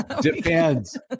Depends